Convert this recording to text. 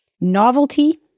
novelty